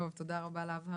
טוב, תודה רבה על ההבהרה.